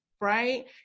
right